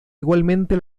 igualmente